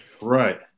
Right